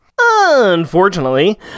Unfortunately